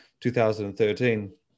2013